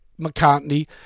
McCartney